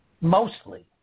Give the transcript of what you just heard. Mostly